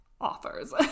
offers